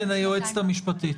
היועצת המשפטית.